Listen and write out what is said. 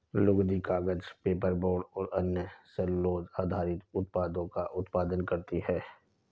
लुगदी, कागज, पेपरबोर्ड और अन्य सेलूलोज़ आधारित उत्पादों का उत्पादन करती हैं